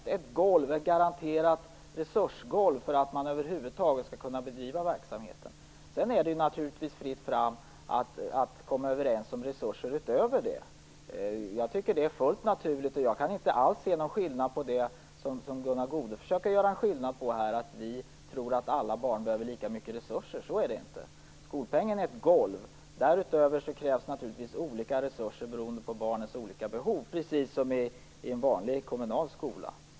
Den är ett golv, ett garanterat resursgolv, för att man över huvud taget skall kunna bedriva verksamheten. Sedan är det naturligtvis fritt fram att komma överens om resurser utöver det. Jag tycker att det är fullt naturligt. Jag kan inte alls se någon skillnad i detta som Gunnar Goude försöker framställa det: att vi skulle tro att alla barn behöver lika mycket resurser. Så är det inte. Skolpengen är ett golv. Därutöver krävs naturligtvis olika resurser beroende på barnens olika behov, precis som i en vanlig kommunal skola.